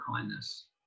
kindness